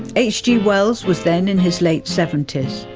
hg wells was then in his late seventy s.